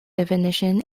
definition